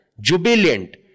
jubilant